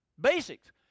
Basics